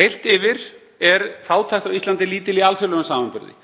Heilt yfir er fátækt á Íslandi lítil í alþjóðlegum samanburði.